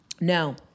No